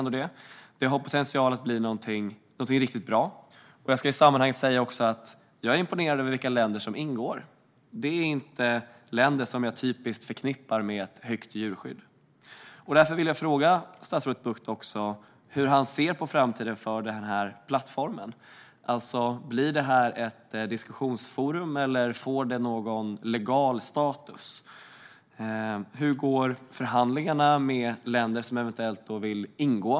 Den har potential att bli någonting riktigt bra. Jag vill också säga att jag är imponerad av vilka länder som ingår - det rör sig inte om länder som jag typiskt förknippar med en hög nivå på djurskyddet. Därför vill jag fråga statsrådet Bucht hur han ser på framtiden för denna plattform. Blir det här ett diskussionsforum, eller får det någon legal status? Hur går förhandlingarna med länder som eventuellt vill ingå?